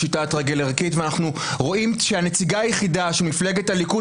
פשיטת רגל ערכית ואנו רואים שהנציגה היחידה של מפלגת הליכוד